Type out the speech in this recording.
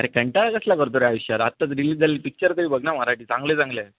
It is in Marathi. अरे कंटाळा कसला करतो रे आयुष्यात आत्ताच रिलीज झाले पिक्चर काही बघ ना मराठी चांगले चांगले